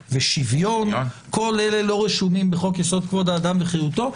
ושוויון כל אלה לא רשומים בחוק יסוד: כבוד האדם וחירותו,